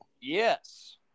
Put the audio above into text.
Yes